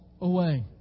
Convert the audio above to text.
away